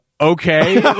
okay